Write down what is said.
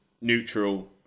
neutral